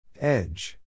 Edge